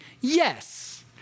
yes